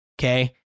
okay